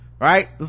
right